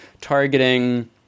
targeting